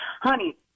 Honey